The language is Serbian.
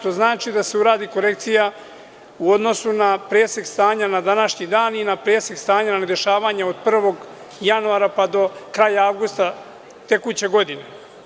To znači da se uradio korekcija u odnosu na presek stanja na današnji dan i na presek stanja na dešavanja od 1. januara do kraja avgusta tekuće godine.